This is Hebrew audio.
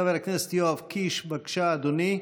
חבר הכנסת יואב קיש, בבקשה, אדוני.